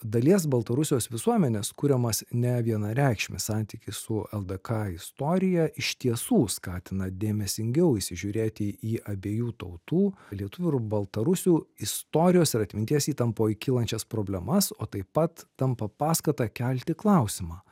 dalies baltarusijos visuomenės kuriamas nevienareikšmis santykis su ldk istorija iš tiesų skatina dėmesingiau įsižiūrėti į abiejų tautų lietuvių ir baltarusių istorijos ir atminties įtampoj kylančias problemas o taip pat tampa paskata kelti klausimą